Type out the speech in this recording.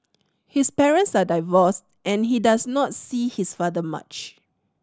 his parents are divorced and he does not see his father much